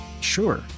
Sure